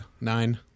Nine